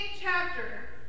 chapter